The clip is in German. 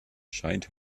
scheint